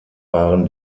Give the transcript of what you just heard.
waren